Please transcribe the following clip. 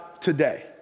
Today